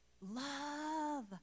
Love